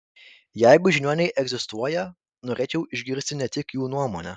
jeigu žiniuoniai egzistuoja norėčiau išgirsti ne tik jų nuomonę